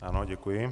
Ano, děkuji.